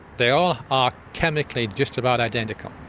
they all are chemically just about identical.